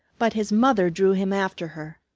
but his mother drew him after her.